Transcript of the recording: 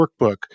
workbook